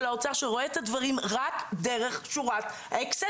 האוצר שרואה את הדברים רק דרך שורת האקסל,